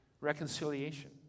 reconciliation